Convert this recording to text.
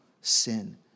sin